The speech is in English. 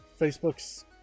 facebook's